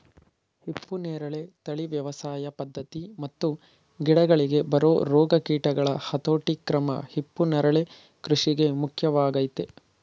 ಹಿಪ್ಪುನೇರಳೆ ತಳಿ ವ್ಯವಸಾಯ ಪದ್ಧತಿ ಮತ್ತು ಗಿಡಗಳಿಗೆ ಬರೊ ರೋಗ ಕೀಟಗಳ ಹತೋಟಿಕ್ರಮ ಹಿಪ್ಪುನರಳೆ ಕೃಷಿಗೆ ಮುಖ್ಯವಾಗಯ್ತೆ